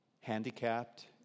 Handicapped